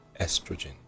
estrogen